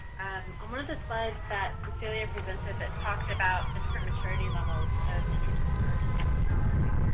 and the slides that cecilia presented that talks about, the different maturity levels of energy storage technology.